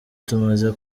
tumaze